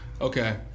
Okay